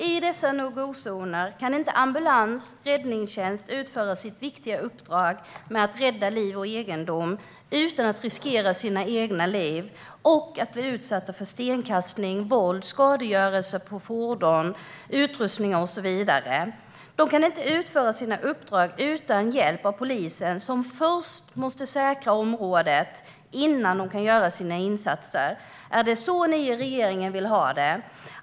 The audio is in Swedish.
I dessa no-go-zoner kan inte ambulans och räddningstjänstpersonal utföra sitt viktiga uppdrag att rädda liv och egendom utan att riskera sina egna liv och bli utsatta för stenkastning, våld, skadegörelse på fordon och utrustning och så vidare. De kan inte utföra sina uppdrag utan hjälp av polisen, som först måste säkra området innan de kan göra sina insatser. Är det så ni i regeringen vill ha det?